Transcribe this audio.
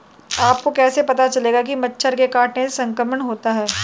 आपको कैसे पता चलेगा कि मच्छर के काटने से संक्रमण होता है?